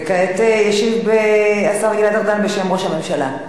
וכעת ישיב השר גלעד ארדן בשם ראש הממשלה.